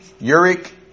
uric